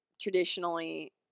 traditionally